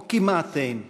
או כמעט אין חולק.